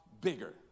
bigger